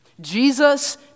Jesus